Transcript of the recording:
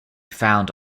found